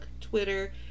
Twitter